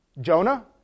Jonah